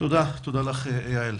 תודה לך, יעל.